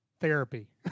therapy